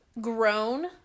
grown